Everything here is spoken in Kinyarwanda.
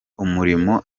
umurimo